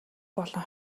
болон